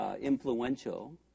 influential